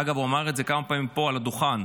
אגב, הוא אמר את זה כמה פעמים פה על הדוכן.